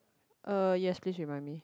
uh yes please remind me